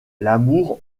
l’amour